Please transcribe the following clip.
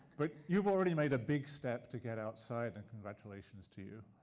but you've already made a big step to get outside and congratulations to you.